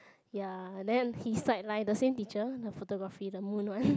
ya then he side like the same teacher the photography the moon one